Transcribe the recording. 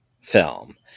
film